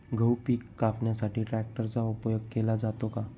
गहू पिके कापण्यासाठी ट्रॅक्टरचा उपयोग केला जातो का?